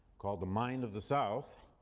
called the mind of the south,